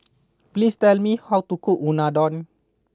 please tell me how to cook Unadon